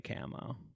camo